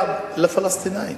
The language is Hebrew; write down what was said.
כוונת הפלסטינים